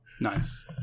nice